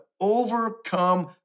overcome